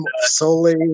solely